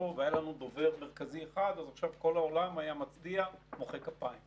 דיון מאתגר, גם בגלל הנושא שלו,